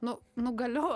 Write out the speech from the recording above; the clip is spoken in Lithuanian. nu nu galiu